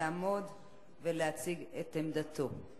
לעמוד ולהציג את עמדתו.